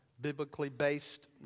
biblically-based